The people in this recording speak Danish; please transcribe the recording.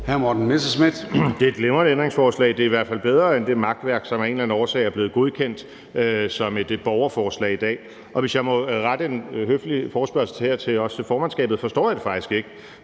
Det er et glimrende ændringsforslag. Det er i hvert fald bedre end det makværk, som af en eller anden årsag er blevet godkendt som et borgerforslag i dag. Og hvis jeg må rette en høflig forespørgsel her til formandskabet, forstår jeg det faktisk ikke,